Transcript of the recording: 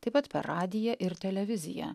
taip pat per radiją ir televiziją